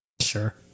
Sure